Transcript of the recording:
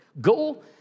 Go